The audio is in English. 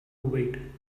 wait